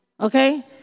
okay